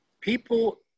People